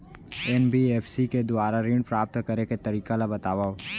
NBFC के दुवारा ऋण प्राप्त करे के तरीका ल बतावव?